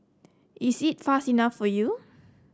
is it fast enough for you